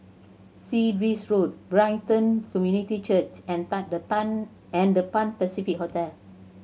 Sea Breeze Road Brighton Community Church and Tan The Tan and The Pan Pacific Hotel